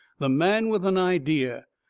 the man with an idea!